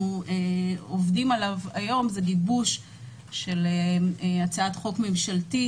עובדים עליו היום זה גיבוש של הצעת חוק ממשלתית,